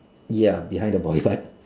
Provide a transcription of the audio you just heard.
ya behind the boy so I